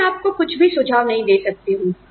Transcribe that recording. मैं आपको कुछ भी सुझाव नहीं दे सकती हूं